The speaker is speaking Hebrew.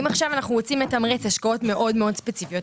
אם עכשיו אנחנו רוצים לתמרץ השקעות מאוד מאוד ספציפיות,